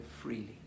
freely